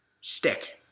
Stick